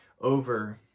over